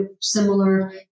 similar